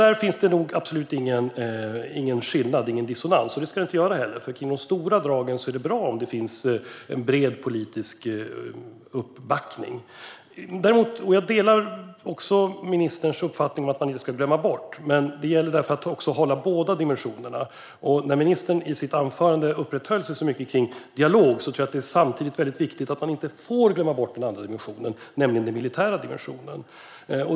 Där finns det absolut ingen skillnad eller någon dissonans mellan oss. Det ska det inte göra heller, för det är bra att det finns bred politisk uppbackning kring de stora dragen. Jag delar ministerns uppfattning att man inte ska glömma bort den andra dimensionen, och det gäller därför att se båda dimensionerna. I sitt anförande uppehöll ministern sig mycket vid dialog. Då är det viktigt att man inte samtidigt glömmer bort den andra dimensionen, den militära dimensionen.